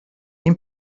این